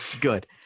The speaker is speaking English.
Good